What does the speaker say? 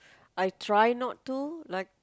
I try not to like